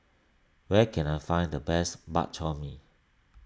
where can I find the best Bak Chor Mee